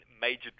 major